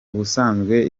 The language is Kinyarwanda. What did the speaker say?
ubusanzwe